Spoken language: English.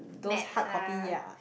those hard copy yea